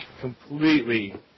Completely